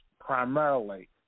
primarily